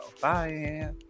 Bye